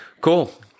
Cool